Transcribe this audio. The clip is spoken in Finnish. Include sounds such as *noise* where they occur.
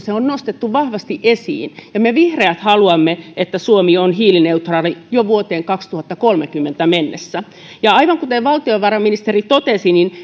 *unintelligible* se on nostettu vahvasti esiin me vihreät haluamme että suomi on hiilineutraali jo vuoteen kaksituhattakolmekymmentä mennessä aivan kuten valtiovarainministeri totesi